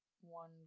one